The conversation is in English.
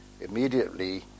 immediately